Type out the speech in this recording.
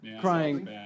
crying